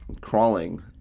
crawling